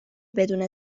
بدون